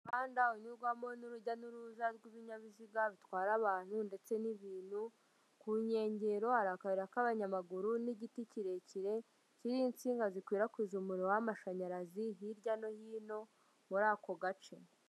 Umuhanda unyurwamo n'urujya n'uruza rw'ibinyabiziga bitwara abantu ndetse n'ibintu, ku nkengero hari akayira k'abanyamaguru n'igiti kirekire kiriho insinga zikwirakwije umuriro w'amashanyarazi, hirya no hino muri ako gace.